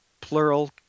plural